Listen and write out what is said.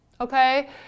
Okay